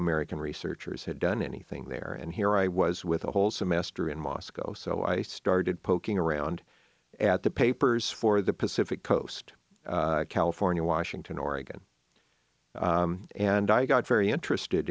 american researchers had done anything there and here i was with a whole semester in moscow so i started poking around at the papers for the pacific coast california washington oregon and i got very interested